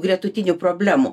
gretutinių problemų